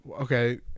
Okay